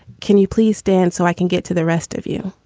can you please dance so i can get to the rest of you?